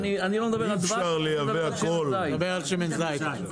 לא, אני לא מדבר על דבש, אני מדבר על שמן זית.